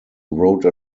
wrote